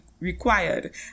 required